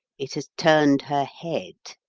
it has turned her head.